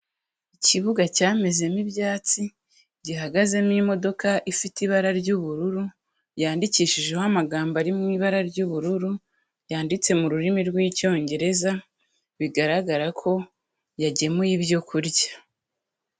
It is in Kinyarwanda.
Ikibuga cyamezemo ibyatsi gihagazemo imodoka ifite ibara ry'ubururu yandikishijeho amagambo ari mu ibara ry'ubururu yanditse mu rurimi rw'icyongereza bigaragara ko yagemuye ibyo kurya.